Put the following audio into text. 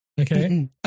Okay